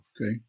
Okay